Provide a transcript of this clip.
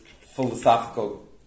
philosophical